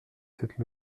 cette